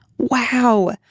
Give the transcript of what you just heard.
Wow